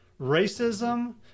racism